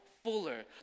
Fuller